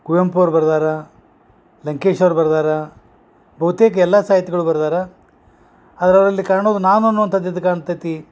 ಕುವೆಂಪು ಅವ್ರ ಬರ್ದಾರ ಲಂಕೇಶವ್ರ ಬರ್ದಾರ ಬಹುತೇಕ ಎಲ್ಲಾ ಸಾಹಿತಿಗಳು ಬರ್ದಾರ ಅದರಲ್ಲಿ ಕಾಣೋದ ನಾನು ಅನ್ನುವಂಥದ್ ಎದ್ದು ಕಾಣ್ತೈತಿ